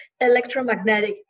electromagnetic